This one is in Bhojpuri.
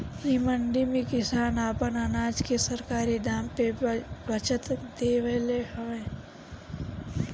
इ मंडी में किसान आपन अनाज के सरकारी दाम पे बचत देवत हवे